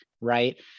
right